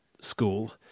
school